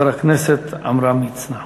חבר הכנסת עמרם מצנע.